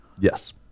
Yes